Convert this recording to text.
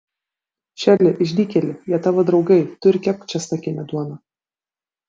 šeli išdykėli jie tavo draugai tu ir kepk česnakinę duoną